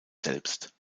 selbst